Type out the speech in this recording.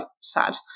sad